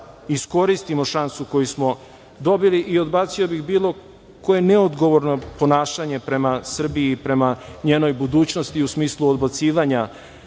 iskoristimo šansu koju smo dobili i odbacio bih bilo koje neodgovorno ponašanje prema Srbiji i prema njenoj budućnosti u smislu odbacivanja